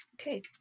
Okay